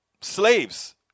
Slaves